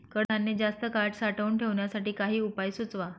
कडधान्य जास्त काळ साठवून ठेवण्यासाठी काही उपाय सुचवा?